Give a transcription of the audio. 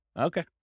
Okay